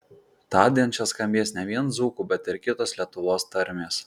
tądien čia skambės ne vien dzūkų bet ir kitos lietuvos tarmės